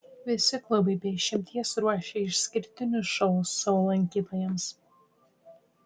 visi klubai be išimties ruošia išskirtinius šou savo lankytojams